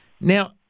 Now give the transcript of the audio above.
Now